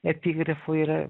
epigrafų yra